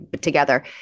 together